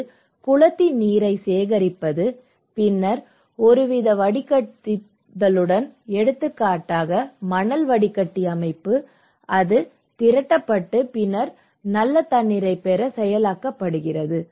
இது குளத்தின் நீரைச் சேகரிப்பது பின்னர் ஒருவித வடிகட்டுதலுடன் எடுத்துக்காட்டாக மணல் வடிகட்டி அமைப்பு அது திரட்டப்பட்டு பின்னர் நல்ல தண்ணீரைப் பெற செயலாக்கப்படுகிறது